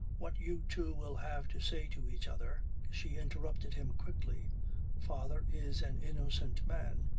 what you two will have to say to each other she interrupted him quickly father is an innocent man.